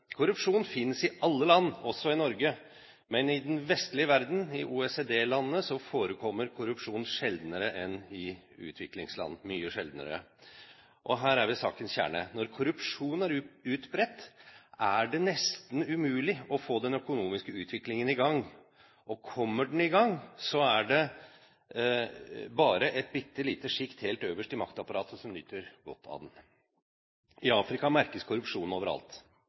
Korrupsjon finnes i alle land, også i Norge. Men i den vestlige verden, i OECD-landene, forekommer korrupsjon sjeldnere enn i utviklingsland, mye sjeldnere. Og her er vi ved sakens kjerne. Når korrupsjon er utbredt, er det nesten umulig å få den økonomiske utviklingen i gang. Og kommer den i gang, så er det bare et bitte lite sjikt helt øverst i maktapparatet som nyter godt av den. I Afrika merkes korrupsjonen overalt.